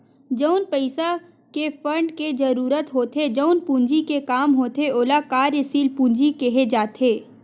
जउन पइसा के फंड के जरुरत होथे जउन पूंजी के काम होथे ओला कार्यसील पूंजी केहे जाथे